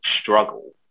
struggle